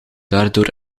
daardoor